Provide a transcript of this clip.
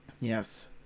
Yes